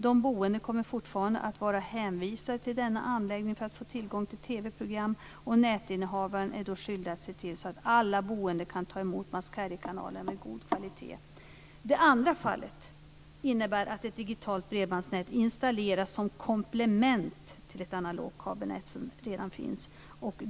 De boende kommer fortfarande att vara hänvisade till denna anläggning för att få tillgång till TV-program och nätinnehavaren är då skyldig att se till att alla boende kan ta emot must carry-kanaler med god kvalitet. Det andra fallet innebär att ett digitalt bredbandsnät installeras som komplement till ett analogt kabelnät som redan finns.